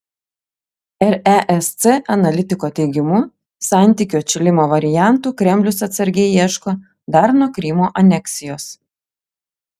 resc analitiko teigimu santykių atšilimo variantų kremlius atsargiai ieško dar nuo krymo aneksijos